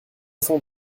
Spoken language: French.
façon